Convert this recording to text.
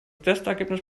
testergebnis